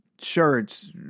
shirts